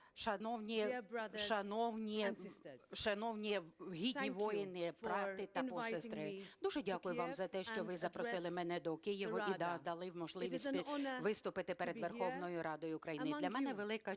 України, шановні гідні воїни, брати та посестри! Дуже дякую вам за те, що ви запросили мене до Києва і дали можливість виступити перед Верховною Радою України. Для мене велика честь